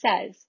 says